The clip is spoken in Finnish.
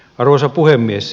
arvoisa puhemies